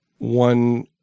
One